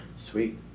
Sweet